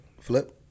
Flip